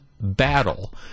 battle